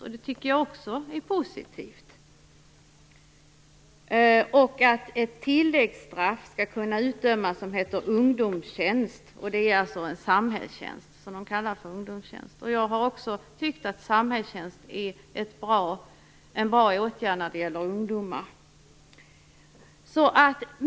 Det tycker jag också är positivt. Ett tilläggsstraff skall kunna utdömas som kallas ungdomstjänst - det är alltså en samhällstjänst. Jag har också tyckt att samhällstjänst är en bra åtgärd när det gäller ungdomar.